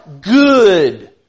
good